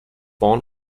born